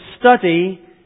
study